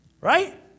right